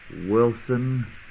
Wilson